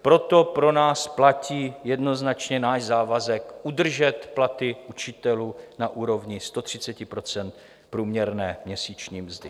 Proto pro nás platí jednoznačně náš závazek udržet platy učitelů na úrovni 130 % průměrné měsíční mzdy.